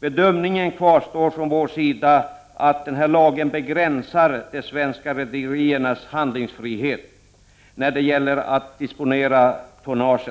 Bedömningen kvarstår från vår sida, att denna lag begränsar de svenska rederiernas handlingsfrihet när det gäller att disponera tonnaget.